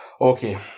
Okay